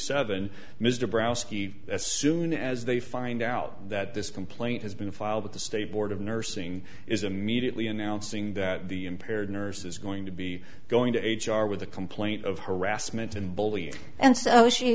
seven mr brough skee as soon as they find out that this complaint has been filed with the state board of nursing is immediately announcing that the impaired nurse is going to be going to h r with a complaint of harassment and bullying and so she